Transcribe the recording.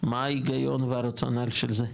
מה ההיגיון והרציונל של זה?